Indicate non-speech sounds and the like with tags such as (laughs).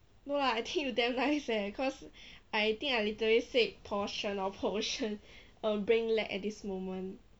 no lah I think you damn nice eh cause I think I literally said portion or potion (laughs) brain lag at this moment